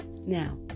Now